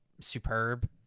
superb